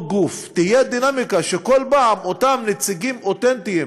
גוף תהיה דינמיקה שכל פעם אותם נציגים אותנטיים